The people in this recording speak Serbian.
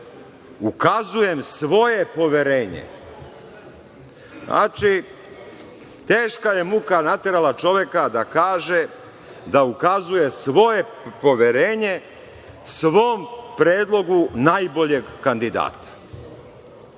ukazujem svoje poverenje. Znači, teška je muka naterala čoveka da kaže da ukazuje svoje poverenje svom predlogu najboljeg kandidata. Pošto